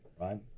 right